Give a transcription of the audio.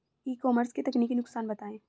ई commerce के तकनीकी नुकसान बताएं?